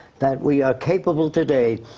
that we are capable today,